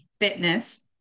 fitness